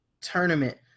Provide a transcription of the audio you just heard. Tournament